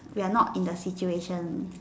we are not in the situation